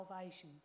salvation